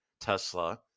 Tesla